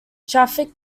traffic